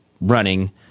running